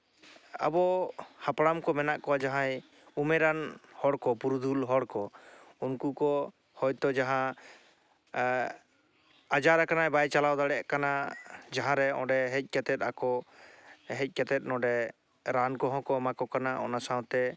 ᱟᱵᱚ ᱦᱟᱯᱲᱟᱢ ᱠᱮ ᱢᱮᱱᱟᱜ ᱠᱚᱣᱟ ᱡᱟᱦᱟᱸᱭ ᱩᱢᱮᱨᱟᱱ ᱦᱚᱲᱠᱚ ᱯᱩᱨᱩᱫᱷᱩᱞ ᱦᱚᱲ ᱠᱚ ᱩᱱᱠᱩ ᱠᱚ ᱦᱳᱭᱛᱚ ᱡᱟᱦᱟᱸ ᱟᱡᱟᱨᱟᱠᱟᱱᱟᱭ ᱵᱟᱭ ᱪᱟᱞᱟᱣ ᱫᱟᱲᱮᱭᱟᱜ ᱠᱟᱱᱟ ᱡᱟᱦᱟᱸᱨᱮ ᱚᱸᱰᱮ ᱦᱮᱡ ᱠᱟᱛᱮ ᱟᱠᱚ ᱦᱮᱡ ᱠᱟᱛᱮ ᱱᱚᱸᱰᱮ ᱨᱟᱱ ᱠᱚᱦᱚᱸ ᱠᱚ ᱮᱢᱟᱠᱚ ᱠᱟᱱᱟ ᱚᱱᱟ ᱥᱟᱶᱛᱮ